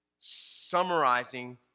Summarizing